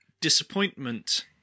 disappointment